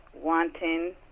wanting